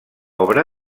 obra